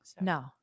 No